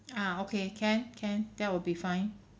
ah okay can can that will be fine